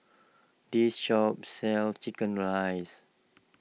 this shop sells Chicken Rice